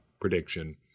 prediction